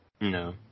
No